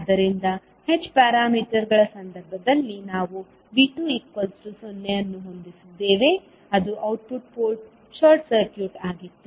ಆದ್ದರಿಂದ h ಪ್ಯಾರಾಮೀಟರ್ಗಳ ಸಂದರ್ಭದಲ್ಲಿ ನಾವು V2 0 ಅನ್ನು ಹೊಂದಿದ್ದೇವೆ ಅದು ಔಟ್ಪುಟ್ ಪೋರ್ಟ್ ಶಾರ್ಟ್ ಸರ್ಕ್ಯೂಟ್ ಆಗಿತ್ತು